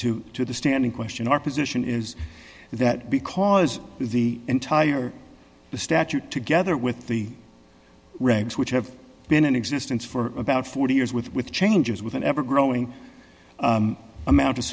to to the standing question our position is that because the entire statute together with the regs which have been in existence for about forty years with with changes with an ever growing amount of